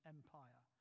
Empire